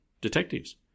detectives